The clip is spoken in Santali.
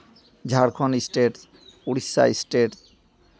Jharkhand state Odisha state